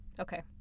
Okay